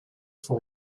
for